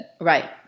Right